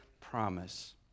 promise